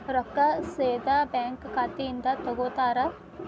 ರೊಕ್ಕಾ ಸೇದಾ ಬ್ಯಾಂಕ್ ಖಾತೆಯಿಂದ ತಗೋತಾರಾ?